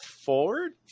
forward